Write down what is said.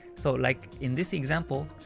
so like in this example,